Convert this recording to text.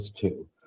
two